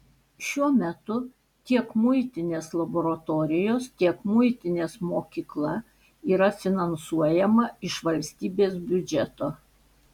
šiuo metu tiek muitinės laboratorijos tiek muitinės mokykla yra finansuojama iš valstybės biudžeto